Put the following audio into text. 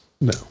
No